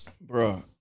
Bro